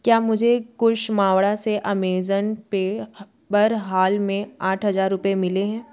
क्या मुझे कुश मावड़ा से अमेजन पे पर हाल में आठ हज़ार रुपये मिले हैं